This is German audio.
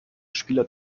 spieler